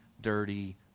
dirty